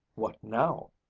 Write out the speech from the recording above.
what now?